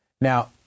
Now